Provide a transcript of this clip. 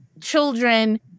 children